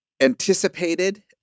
anticipated